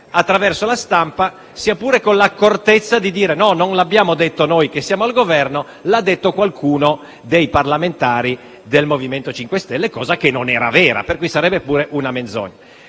attraverso la stampa, sia pure con l'accortezza di dire: no, non l'abbiamo detto noi che siamo al Governo, lo ha detto qualcuno dei parlamentari del MoVimento 5 Stelle. Cosa non vera e, pertanto, sarebbe pure una menzogna.